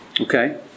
Okay